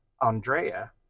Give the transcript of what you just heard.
Andrea